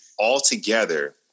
altogether